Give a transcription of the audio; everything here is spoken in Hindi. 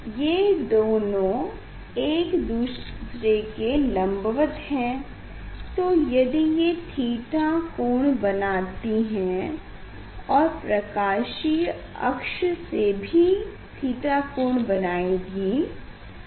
ये दोनों एक दूसरे के लंबवत हैं तो यदि ये थीटा कोण बनाती है तो प्रकाशीय अक्ष से भी थीटा कोण बनाएगी